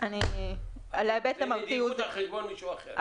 זה על חשבון מישהו אחר.